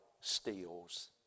steals